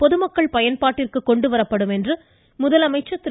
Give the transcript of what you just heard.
பொதுமக்கள் பயன்பாட்டிற்கு கொண்டுவரப்படும் என்று முதலமைச்சர் திரு